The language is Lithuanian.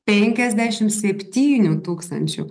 penkiasdešim septynių tūkstančių